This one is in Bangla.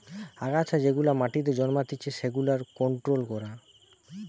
আগাছা যেগুলা মাটিতে জন্মাতিচে সেগুলার কন্ট্রোল করা